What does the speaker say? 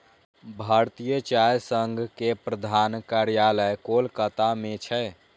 भारतीय चाय संघ के प्रधान कार्यालय कोलकाता मे छै